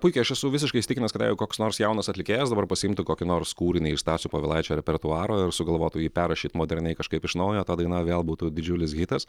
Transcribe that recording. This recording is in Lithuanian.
puikiai aš esu visiškai įsitikinęs kada jau koks nors jaunas atlikėjas dabar pasiimtų kokį nors kūrinį iš stasio povilaičio repertuaro ir sugalvotų jį perrašyt moderniai kažkaip iš naujo ta daina vėl būtų didžiulis hitas